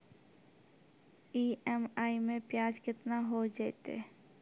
EMI मैं ब्याज केतना हो जयतै?